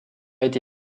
été